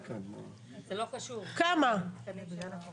זה מתחיל בעמידה בתנאי הסכם גג שכר,